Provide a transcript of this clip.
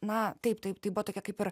na taip taip tai buvo tokia kaip ir